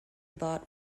bought